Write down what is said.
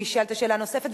הוא ישאל את השאלה הנוספת,